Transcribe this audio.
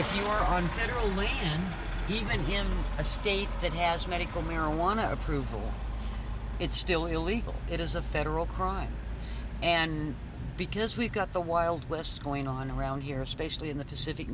federally even him a state that has medical marijuana approval it's still illegal it is a federal crime and because we've got the wild west going on around here especially in the pacific